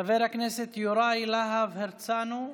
חבר הכנסת יוראי להב הרצנו,